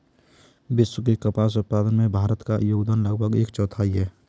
विश्व के कपास उत्पादन में भारत का योगदान लगभग एक चौथाई है